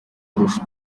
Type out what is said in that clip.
kurusha